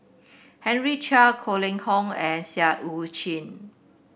Henry Chia Goh Kheng Long and Seah Eu Chin